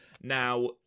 Now